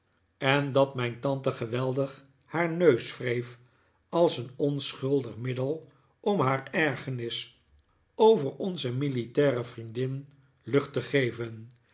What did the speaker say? en dat mijn tante geweldig haar neus wreef als een onschuldig middel om haar ergernis over onze militaire vriendin lucht te geven